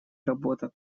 работа